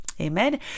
Amen